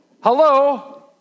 Hello